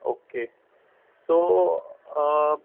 okay so